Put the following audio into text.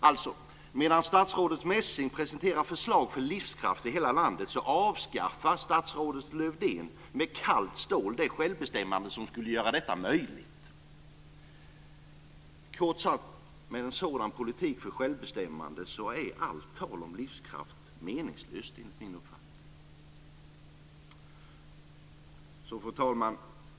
Alltså: Medan statsrådet Messing presenterar förslag för livskraft i hela landet avskaffar statsrådet Lövdén med kallt stål det självbestämmande som skulle göra dessa möjliga att genomföra. Med en sådan politik för självbestämmande är enligt min uppfattning allt tal om livskraft meningslöst. Fru talman!